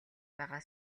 байгаа